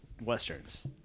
Westerns